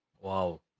Wow